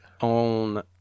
on